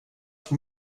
för